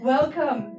Welcome